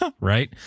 right